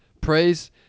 Praise